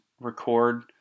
record